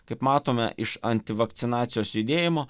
kaip matome iš antivakcinacijos judėjimo